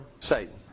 Satan